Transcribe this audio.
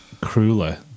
crueler